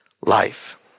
life